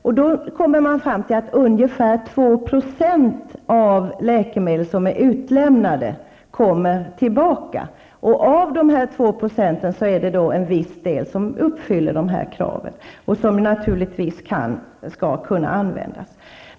Då har man kommit fram till att ungefär 2 % av de läkemedel som har lämnats ut kommer tillbaka. Och av dessa 2 % är det en viss del som uppfyller dessa krav och som naturligtvis skall kunna användas.